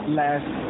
last